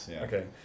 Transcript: Okay